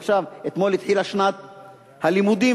אתמול התחילה שנת הלימודים,